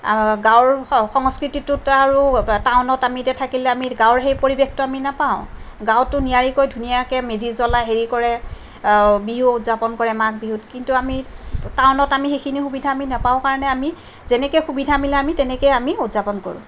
গাঁৱৰ সংস্কৃতিটোত আৰু টাউনত আমি এতিয়া থাকিলে আমি গাঁৱৰ সেই পৰিৱেশটো আমি নাপাওঁ গাঁৱতটো নিয়াৰিকৈ ধুনীয়াকে মেজি জ্বলাই হেৰি কৰে বিহু উদযাপন কৰে মাঘ বিহুত কিন্তু আমি টাউনত আমি সেইখিনি সুবিধা আমি নেপাওঁ কাৰণে আমি যেনেকে সুবিধা মিলে আমি তেনেকে আমি উদযাপন কৰোঁ